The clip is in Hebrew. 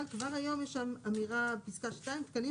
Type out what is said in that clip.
אבל כבר היום יש אמירה בפסקה (2): תקנים